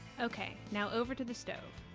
okay, now over to the stove.